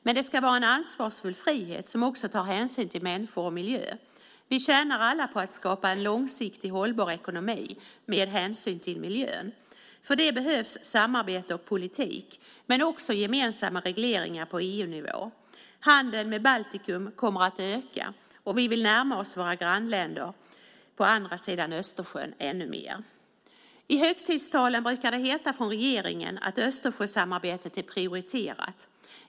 Men det ska vara en ansvarsfull frihet som också tar hänsyn till människor och miljö. Vi tjänar alla på att skapa en långsiktigt hållbar ekonomi som tar hänsyn till miljön. För det behövs samarbete och politik men också gemensamma regleringar på EU-nivå. Handeln med Baltikum kommer att öka, och vi vill närma oss våra grannländer på andra sidan Östersjön ännu mer. I högtidstalen brukar det från regeringen heta att Östersjösamarbetet är prioriterat.